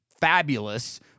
fabulous